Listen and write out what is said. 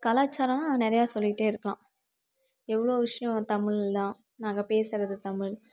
கலாச்சாரோனால் நிறையா சொல்லிகிட்டே இருக்கலாம் எவ்வளோ விஷயோம் தமிழில் தான் நாங்கள் பேசுறது தமிழ்